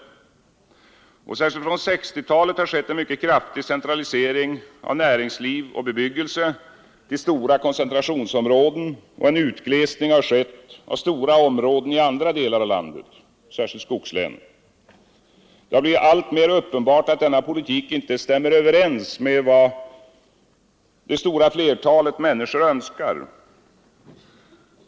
Särskilt från 1960-talet har skett en mycket kraftig centralisering av näringsliv och bebyggelse till stora koncentrationsområden, och en utglesning har skett av stora områden i andra delar av landet, särskilt i skogslänen. Det har blivit alltmer uppenbart att denna politik inte stämmer överens med vad det stora flertalet människor önskar.